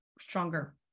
stronger